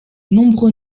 nombreux